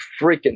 freaking